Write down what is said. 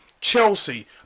Chelsea